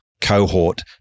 cohort